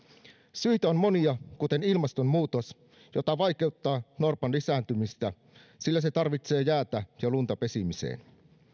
syitä on monia kuten ilmastonmuutos joka vaikeuttaa norpan lisääntymistä sillä se tarvitsee jäätä ja lunta pesimiseen